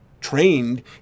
trained